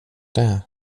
där